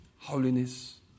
holiness